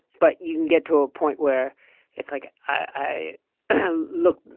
but you can get to a point where it's like, i look.